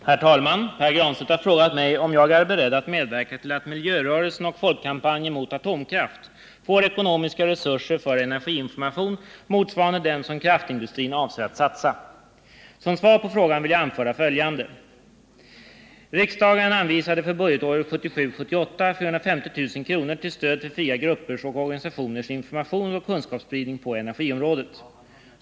Herr talman! Pär Granstedt har frågat mig om jag är beredd att medverka till att miljörörelsen och folkkampanjen mot atomkraft får ekonomiska resurser för energiinformation, motsvarande dem som kraftindustrin avser att satsa. Som svar på frågan vill jag anföra följande. Riksdagen anvisade för budgetåret 1977 77:125 bil. 12, NU 1976 77:345).